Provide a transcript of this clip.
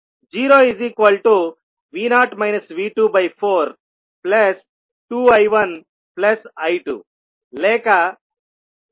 0V0 V242I1I2 లేక I20